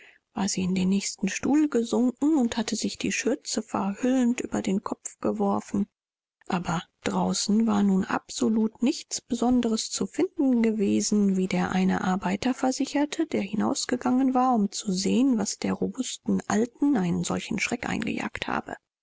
war sie in den nächsten stuhl gesunken und hatte sich die schürze verhüllend über den kopf geworfen aber draußen war nun absolut nichts besonderes zu finden gewesen wie der eine arbeiter versicherte der hinausgegangen war um zu sehen was der robusten alten einen solchen schrecken eingejagt habe